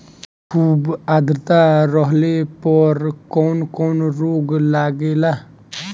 खुब आद्रता रहले पर कौन कौन रोग लागेला?